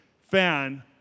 fan